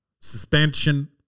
Suspension